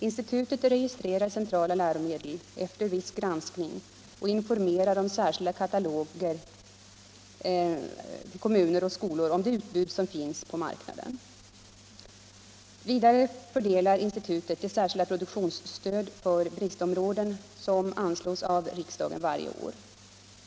Institutet registrerar centrala läromedel efter viss granskning och informerar genom särskilda kataloger kommuner och skolor om det utbud som finns på marknaden. Vidare fördelar institutet det särskilda produktionsstöd för bristområden som anslås av riksdagen varje år.